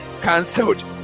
cancelled